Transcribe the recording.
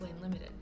Limited